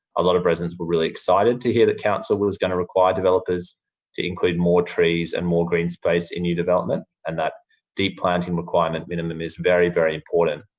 a lot of residents were really excited to hear that council was going to require developers to include more trees and more green space in new development and that deep planting requirement minimum is very, very important.